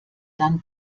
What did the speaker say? dann